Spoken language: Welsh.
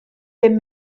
bum